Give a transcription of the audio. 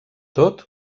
tot